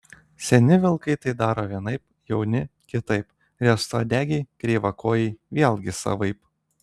seni vilkai tai daro vienaip jauni kitaip riestauodegiai kreivakojai vėlgi savaip